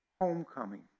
homecoming